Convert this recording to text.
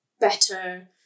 better